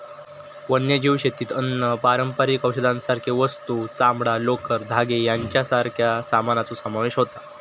वन्यजीव शेतीत अन्न, पारंपारिक औषधांसारखे वस्तू, चामडां, लोकर, धागे यांच्यासारख्या सामानाचो समावेश होता